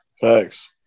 Thanks